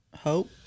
hope